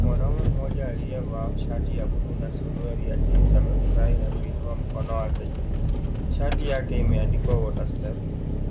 Mwanamume mmoja aliyevaa shati ya buluu na suruali ya jinsi amefurahi na kuinua mikono yake juu. Shati yake imeandikwa water step .